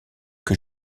que